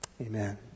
Amen